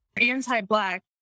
anti-Black